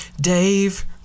Dave